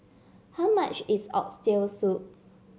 how much is Oxtail Soup